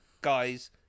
Guys